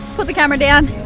put the camera down,